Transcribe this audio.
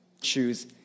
choose